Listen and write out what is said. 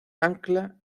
ancla